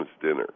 dinner